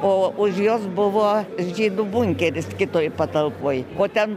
o už jos buvo žydų bunkeris kitoj patalpoj o ten